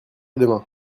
demain